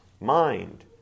Mind